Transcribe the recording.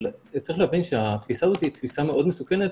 אבל צריך להבין שהתפיסה היא תפיסה מאוד מסוכנת,